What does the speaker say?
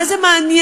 מה זה מעניין?